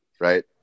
right